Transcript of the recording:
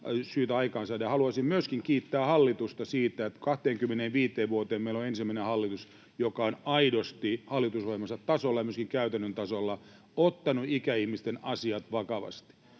Haluaisin myöskin kiittää hallitusta siitä, että 25 vuoteen meillä on ensimmäinen hallitus, joka on aidosti hallitusohjelmansa tasolla ja myöskin käytännön tasolla ottanut ikäihmisten asiat vakavasti.